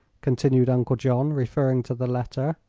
continued uncle john, referring to the letter.